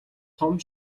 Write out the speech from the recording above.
том